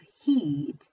heed